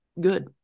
good